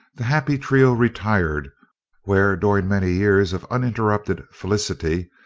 the happy trio retired where, during many years of uninterrupted felicity,